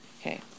Okay